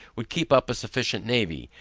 would keep up a sufficient navy,